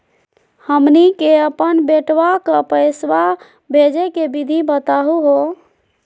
हमनी के अपन बेटवा क पैसवा भेजै के विधि बताहु हो?